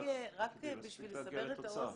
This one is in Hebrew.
רק בשביל לסבר את האוזן